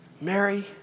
Mary